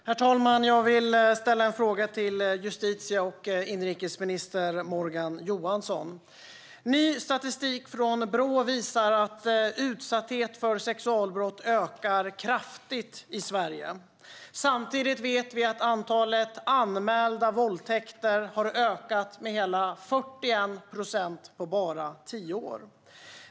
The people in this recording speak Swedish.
Herr talman! Jag vill ställa en fråga till justitie och inrikesminister Morgan Johansson. Ny statistik från Brå visar att utsatthet för sexualbrott ökar kraftigt i Sverige. Samtidigt vet vi att antalet anmälda våldtäkter har ökat med hela 41 procent på bara tio år.